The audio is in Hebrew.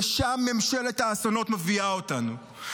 לשם ממשלת האסונות מביאה אותנו.